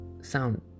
sound